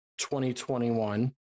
2021